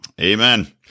Amen